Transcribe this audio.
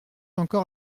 encore